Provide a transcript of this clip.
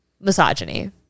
misogyny